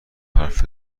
حرف